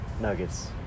Nuggets